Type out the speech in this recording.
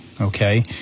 okay